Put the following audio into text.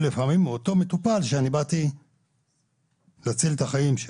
לפעמים מאותו מטופל שבאתי להציל את החיים שלו.